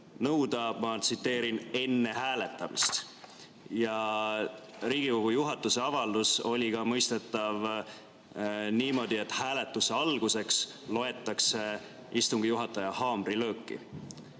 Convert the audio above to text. nõuda, ma tsiteerin, enne hääletamist. Ja Riigikogu juhatuse avaldus oli ka mõistetav niimoodi, et hääletuse alguseks loetakse istungi juhataja haamrilööki.